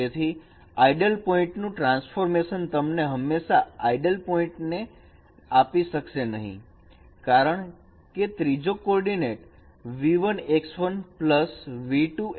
તેથી ideal point નું transformation તમને હંમેશા આઇડલ પોઇન્ટ આપી શકશે નહીં કારણકે ત્રીજો કોર્ડીનેટ v1x1 v2x2 છે